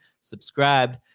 subscribed